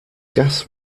gas